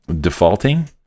defaulting